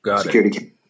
security